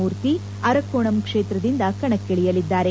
ಮೂರ್ತಿ ಅರಕ್ಕೋಣಂ ಕ್ಷೇತ್ರದಿಂದ ಕಣಕ್ಕಿಳಿಯಲಿದ್ದಾರೆ